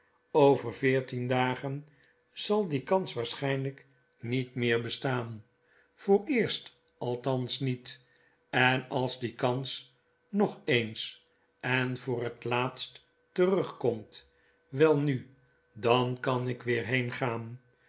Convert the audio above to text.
over veertien dagen zal die kans waarschynlijk met meer bestaan vooreerst althans niet en als die kans nog eens en voor het laatst terugkomt welnu dan kan ik weer